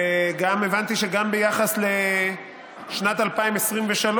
והבנתי שגם ביחס לשנת 2023,